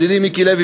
ידידי מיקי לוי,